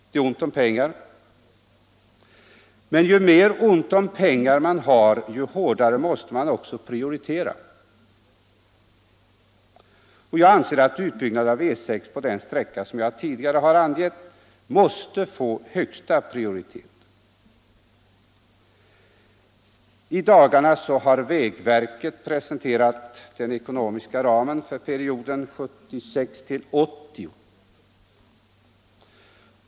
Det är ont om pengar, men ju mer ont om pengar man har, desto hårdare måste man också prioritera, och jag anser att utbyggnad av E 6 på den sträcka som jag tidigare har angivit måste få högsta prioritet. I dagarna har vägverket presenterat den ekonomiska ramen för perioden 1976-1980.